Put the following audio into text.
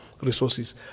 resources